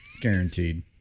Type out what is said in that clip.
Guaranteed